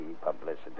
publicity